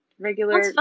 Regular